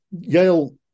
Yale